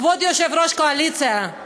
כבוד יושב-ראש הקואליציה,